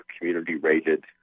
community-rated